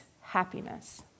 happiness